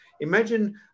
Imagine